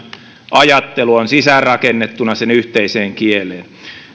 ajattelu on sisäänrakennettuna sen yhteiseen kieleen